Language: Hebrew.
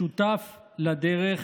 שותף לדרך